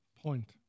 point